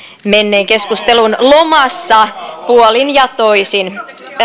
menneen keskustelun lomassa puolin ja toisin